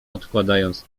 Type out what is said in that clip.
odkładając